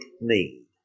need